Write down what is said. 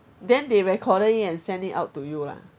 then they recorded it and send it out to you lah